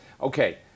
Okay